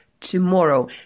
tomorrow